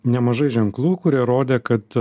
nemažai ženklų kurie rodė kad